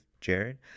Jared